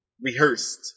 rehearsed